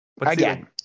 again